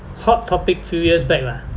hot topic few years back lah